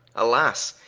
alas,